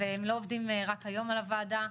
והם לא עובדים רק היום על הוועדה.